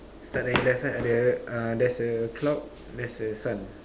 start already left side ah there's a cloud there's a sun